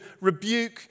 rebuke